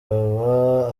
aba